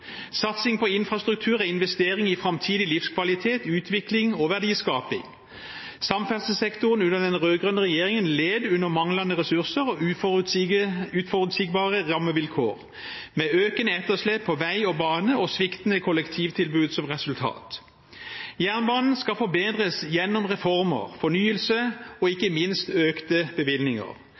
Satsing på infrastruktur er investering i framtidig livskvalitet, utvikling og verdiskaping. Under den rød-grønne regjeringen led samferdselssektoren under manglende ressurser og uforutsigbare rammevilkår, med økende etterslep på vei og bane og sviktende kollektivtilbud som resultat. Jernbanen skal forbedres gjennom reformer, fornyelse og ikke minst økte bevilgninger.